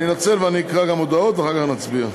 אני אנצל ואני אקרא גם הודעות, ואחר כך נצביע.